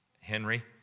Henry